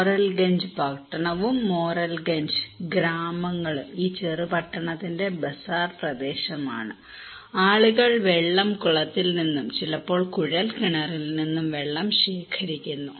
മോറെൽഗഞ്ച് പട്ടണവും മോറെൽഗഞ്ച് ഗ്രാമങ്ങളും ഈ ചെറുപട്ടണത്തിന്റെ ബസാർ പ്രദേശമാണ് ആളുകൾ വെള്ളം കുളത്തിൽ നിന്നും ചിലപ്പോൾ കുഴൽ കിണറുകളിൽ നിന്നും വെള്ളം ശേഖരിക്കുന്നു